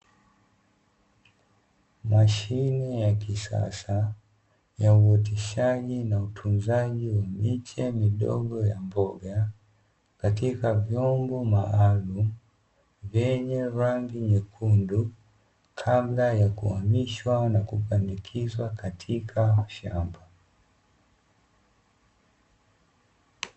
Mashine ya kisasa ya uoteshaji na utunzaji wa miche midogo ya mboga katika vyombo maalumu vyenye rangi nyekundu; kabla ya kuhamishwa na kupandikizwa katika mashamba.